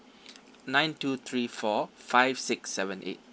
nine two three four five six seven eight